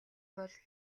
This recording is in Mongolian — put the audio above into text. бол